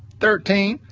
thirteen,